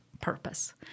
purpose